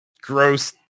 gross